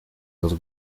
dos